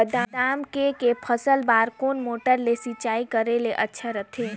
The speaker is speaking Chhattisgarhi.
बादाम के के फसल बार कोन मोटर ले सिंचाई करे ले अच्छा रथे?